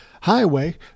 Highway